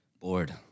Bored